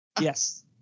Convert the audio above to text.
Yes